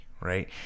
right